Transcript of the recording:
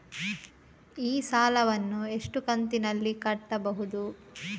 ಈ ಸಾಲವನ್ನು ಎಷ್ಟು ಕಂತಿನಲ್ಲಿ ಕಟ್ಟಬಹುದು?